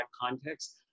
context